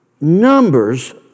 numbers